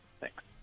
Thanks